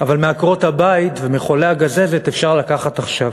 אבל מעקרות-הבית ומחולי הגזזת אפשר לקחת עכשיו.